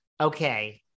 okay